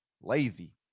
lazy